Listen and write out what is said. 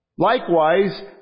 Likewise